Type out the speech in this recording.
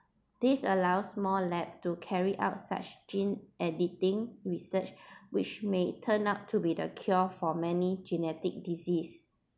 this allows more lab to carry out such gene editing research which may turn out to be the cure for many genetic disease